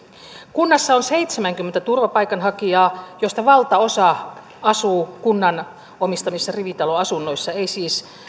kunnassa on seitsemänkymmentä turvapaikanhakijaa joista valtaosa asuu kunnan omistamissa rivitaloasunnoissa eivät siis